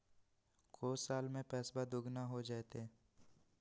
को साल में पैसबा दुगना हो जयते?